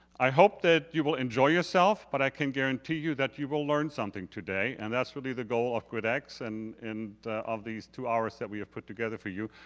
i hope that you will enjoy yourself but i can guarantee you that you will learn something today and that's will be the goal of grit-x and and of these two hours that we have put together for you.